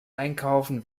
einkaufen